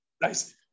Nice